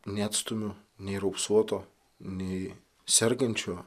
neatstumiu nei raupsuoto nei sergančio